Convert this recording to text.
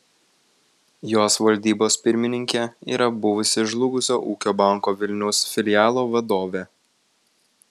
jos valdybos pirmininkė yra buvusi žlugusio ūkio banko vilniaus filialo vadovė